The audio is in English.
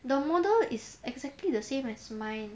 the model is exactly the same as mine